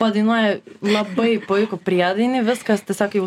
padainuoja labai puikų priedainį viskas tiesiog jau